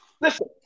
Listen